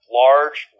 large